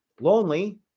lonely